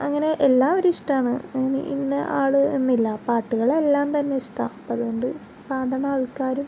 അങ്ങനെ എല്ലാവരേയും ഇഷ്ടമാണ് അങ്ങനെ ഇന്ന ആള് എന്നില്ല പാട്ടുകളെല്ലാം തന്നെ ഇഷ്ടമാണ് അപ്പം അതുകൊണ്ട് തന്നെ പാടുന്ന ആൾക്കാരും